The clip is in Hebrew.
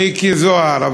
מיקי זוהר.